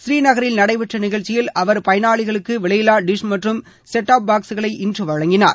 புநீநகரில் நடைபெற்ற நிகழ்ச்சியில் அவர் பயனாளிகளுக்கு விலையில்லா டிஷ் மற்றும் செட் ஆப் பாக்ஸ்களை இன்று வழங்கினார்